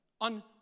on